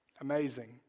Amazing